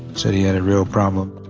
said he had a real problem.